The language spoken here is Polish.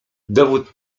dowód